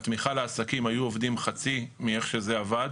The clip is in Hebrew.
התמיכה לעסקים היו עובדים חצי מאיך שזה עבד,